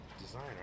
designer